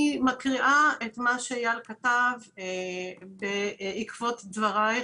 אני מקריאה את מה שאיל כתב בעקבות דבריך,